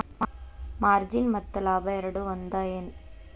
margin ಮತ್ತ ಲಾಭ ಎರಡೂ ಒಂದ ಏನ್